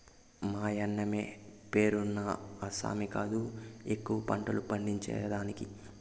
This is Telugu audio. మాయన్నమే పేరున్న ఆసామి కాదు ఎక్కువ పంటలు పండించేదానికి